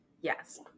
Yes